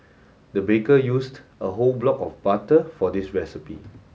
the baker used a whole block of butter for this recipe